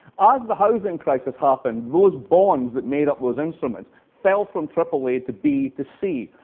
as the housing crisis happened, those bonds that made up those instruments fell from aaa to b to c.